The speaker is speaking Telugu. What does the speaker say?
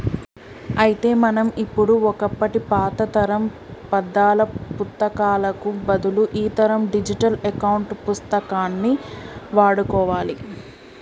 అయితే మనం ఇప్పుడు ఒకప్పటి పాతతరం పద్దాల పుత్తకాలకు బదులు ఈతరం డిజిటల్ అకౌంట్ పుస్తకాన్ని వాడుకోవాలి